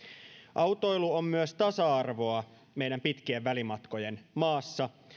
autoilu on myös tasa arvoa meidän pitkien välimatkojen maassamme